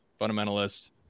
fundamentalist